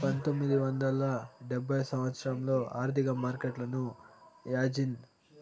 పంతొమ్మిది వందల డెబ్భై సంవచ్చరంలో ఆర్థిక మార్కెట్లను యాజీన్